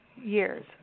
years